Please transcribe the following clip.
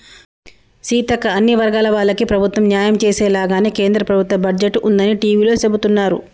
సీతక్క అన్ని వర్గాల వాళ్లకి ప్రభుత్వం న్యాయం చేసేలాగానే కేంద్ర ప్రభుత్వ బడ్జెట్ ఉందని టివీలో సెబుతున్నారు